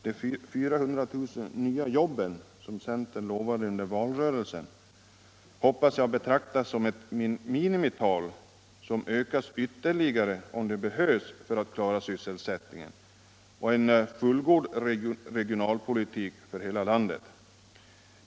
De 400 000 nya jobben som centern lovade under valrörelsen hoppas jag betraktas som ett minimiantal, som ökas ytterligare om det behövs för att klara sysselsättningen och en fullgod regionalpolitik för hela landet.